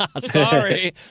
sorry